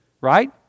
right